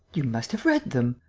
you must have read them,